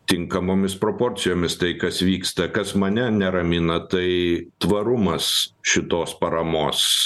tinkamomis proporcijomis tai kas vyksta kas mane neramina tai tvarumas šitos paramos